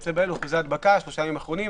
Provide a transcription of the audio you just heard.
אחוזי הדבקה בשלושה הימים האחרונים.